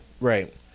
Right